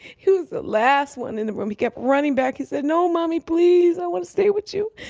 he was the last one in the room, he kept running back, he said no mommy, please. i want to stay with you.